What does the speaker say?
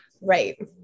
Right